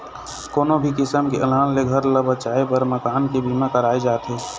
कोनो भी किसम के अलहन ले घर ल बचाए बर मकान के बीमा करवाए जाथे